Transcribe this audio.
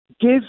give